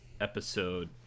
episode